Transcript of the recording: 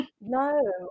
no